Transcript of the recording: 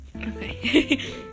Okay